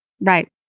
Right